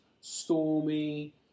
stormy